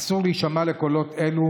אסור להישמע לקולות אלו.